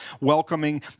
welcoming